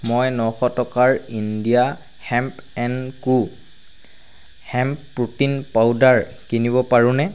মই নশ টকাৰ India hemp and co hemp protein powder কিনিব পাৰোঁনে